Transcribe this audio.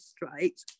right